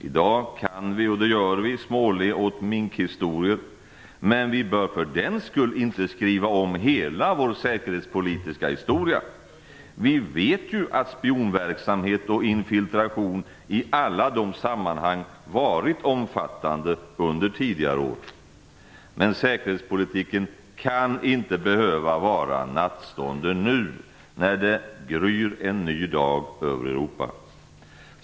I dag kan vi, och det gör vi, småle åt minkhistorier, men vi bör för den sakens skull inte skriva om hela vår säkerhetspolitiska historia. Vi vet ju att spionverksamhet och infiltration i flera sammanhang har varit omfattande under tidigare år. Men säkerhetspolitiken kan inte behöva vara nattstånden, när det nu gryr en ny dag över Europa.